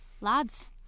lads